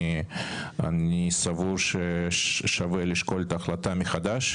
אני סבור ששווה לשקול את ההחלטה מחדש,